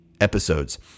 episodes